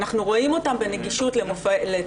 אנחנו רואים אותם בנגישות לתרבות,